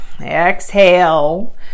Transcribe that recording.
Exhale